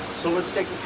so, let's take